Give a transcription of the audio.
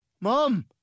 mom